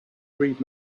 read